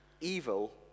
Evil